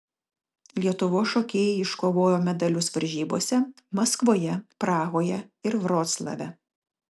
lietuvos šokėjai iškovojo medalius varžybose maskvoje prahoje ir vroclave